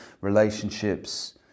relationships